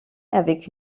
avec